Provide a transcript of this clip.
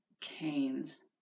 canes